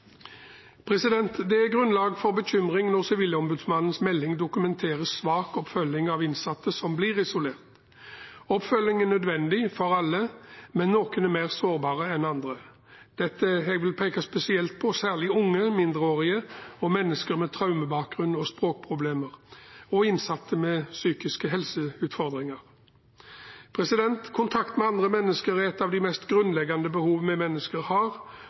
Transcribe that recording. Det er grunnlag for bekymring når Sivilombudsmannens melding dokumenterer svak oppfølging av innsatte som blir isolert. Oppfølging er nødvendig for alle, men noen er mer sårbare enn andre. Jeg vil spesielt peke på unge, mindreårige, mennesker med traumebakgrunn og språkproblemer og innsatte med psykiske helseutfordringer. Kontakt med andre mennesker er et av de mest grunnleggende behov vi mennesker har,